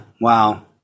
Wow